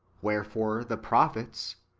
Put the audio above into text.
avherefore the prophets,